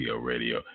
Radio